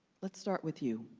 let's start with you.